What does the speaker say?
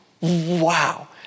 Wow